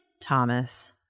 thomas